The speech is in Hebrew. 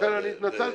לכן התנצלתי.